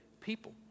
people